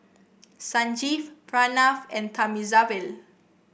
Sanjeev Pranav and Thamizhavel